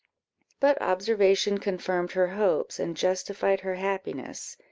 but observation confirmed her hopes, and justified her happiness.